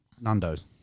Nando's